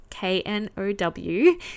K-N-O-W